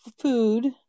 food